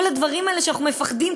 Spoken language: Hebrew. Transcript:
כל הדברים האלה שאנחנו מפחדים,